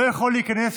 לא יכול להיכנס,